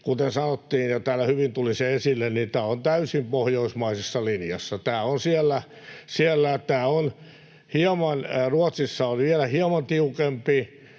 kuten sanottiin ja täällä hyvin tuli se esille, niin tämä on täysin pohjoismaisessa linjassa. Ruotsissa on vielä hieman tiukempi